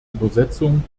übersetzung